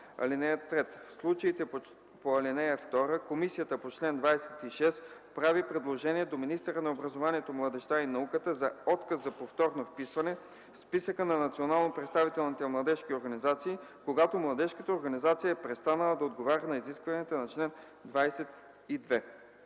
ал. 1. (3) В случаите по ал. 2 комисията по чл. 26 прави предложение до министъра на образованието, младежта и науката за отказ за повторно вписване в списъка на национално представителните младежки организации, когато младежката организация е престанала да отговаря на изискванията на чл. 22.”